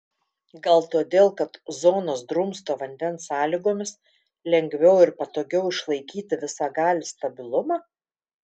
gal todėl kad zonos drumsto vandens sąlygomis lengviau ir patogiau išlaikyti visagalį stabilumą